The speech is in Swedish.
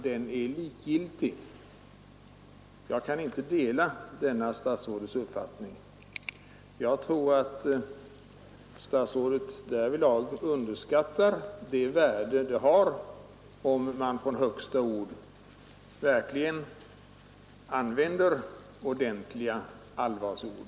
Jag kan inte dela denna statsrådets uppfattning; jag tror att statsrådet därvidlag underskattar det värde det har om man från högsta ort verkligen använder ordentliga allvarsord.